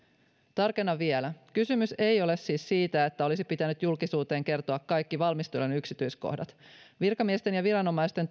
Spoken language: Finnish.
tarkennan vielä kysymys ei ole siis siitä että olisi pitänyt julkisuuteen kertoa kaikki valmistelujen yksityiskohdat virkamiesten ja viranomaisten